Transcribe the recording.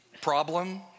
problem